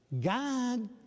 God